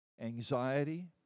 anxiety